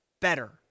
better